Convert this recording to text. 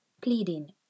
pleading